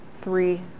three